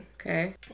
Okay